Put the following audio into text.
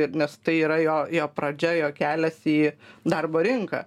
ir nes tai yra jo jo pradžia jo kelias į darbo rinką